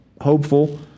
hopeful